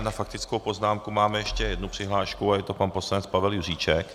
Na faktickou poznámku máme ještě jednu přihlášku a je to pan poslanec Pavel Juříček.